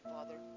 Father